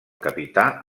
capità